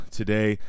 today